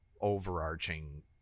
overarching